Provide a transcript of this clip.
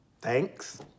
thanks